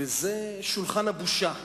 וזה שולחן הבושה.